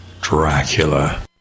Dracula